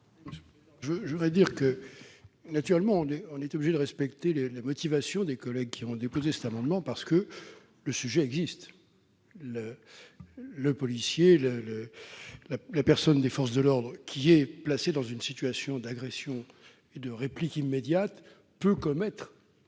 explication de vote. Naturellement, nous sommes obligés de respecter la motivation de nos collègues qui ont déposé cet amendement, parce que le sujet est réel. Le policier, la personne des forces de l'ordre placée dans une situation d'agression et de réplique immédiate, peut commettre